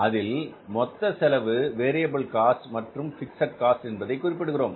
அதில் மொத்த செலவு வேரியபில் காஸ்ட் மற்றும் பிக்ஸட் காஸ்ட் என்பதை குறிப்பிடுகிறோம்